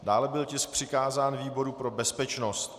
Dále byl tisk přikázán výboru pro bezpečnost.